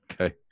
Okay